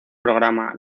programa